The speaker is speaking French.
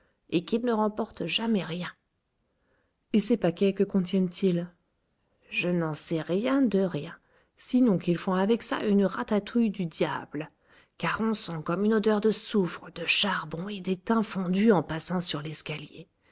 et qu'ils ne remportent jamais rien et ces paquets que contiennent ils je n'en sais rien de rien sinon qu'ils font avec ça une ratatouille du diable car on sent comme une odeur de soufre de charbon et d'étain fondu en passant sur l'escalier